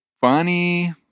funny